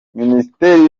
minisiteri